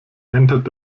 ändert